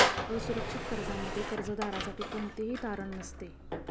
असुरक्षित कर्जामध्ये कर्जदारासाठी कोणतेही तारण नसते